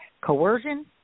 coercion